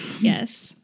Yes